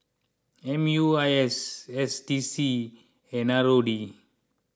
M U I S S D C and R O D